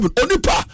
onipa